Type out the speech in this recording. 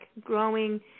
growing